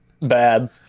Bad